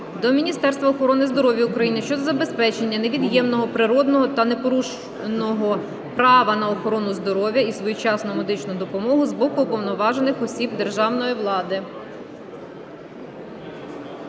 до Міністерства охорони здоров'я України щодо забезпечення невід'ємного природного та непорушного права на охорону здоров'я і своєчасну медичну допомогу з боку уповноважених осіб державної влади.